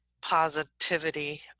positivity